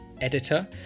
editor